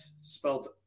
spelled